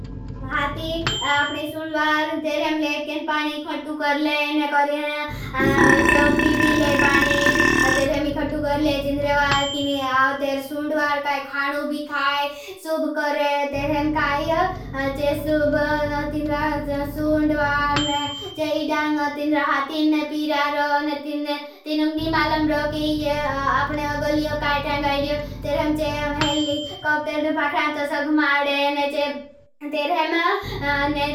हाथी आपने सुन्दवार तेरें लेकें पानी खटू कर ले ने करेन। चो पीबी ले पानी तेरें मी खटू कर ले। जिन्द्रेवार तीने आओ तेर सुन्दवार काई खानू भी खाई सुब करे। तेरें काई चे सुब तीन रहा सुन्दवार ने चे इदंग तीन रहा। तीन पी तीन उँदी मालंबर अपने गलीओ काई ताइंगारीओ तेरहें चे। हलडी काफ्टेड ने पाख़रान तो सग भुमादे ने चे तेरहें।